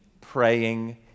praying